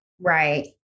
Right